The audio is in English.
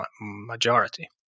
majority